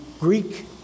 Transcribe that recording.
Greek